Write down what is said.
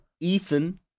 Ethan